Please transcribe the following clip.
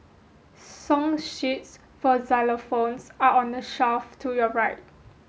song sheets for xylophones are on the shelf to your right